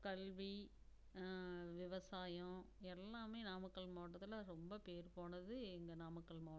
கல்வி விவசாயம் எல்லாமே நாமக்கல் மாவட்டத்தில் ரொம்ப பேர் போனது இந்த நாமக்கல் மாவட்டம்தாங்க